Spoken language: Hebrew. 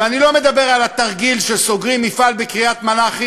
ואני לא מדבר על התרגיל שסוגרים מפעל בקריית-מלאכי,